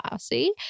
see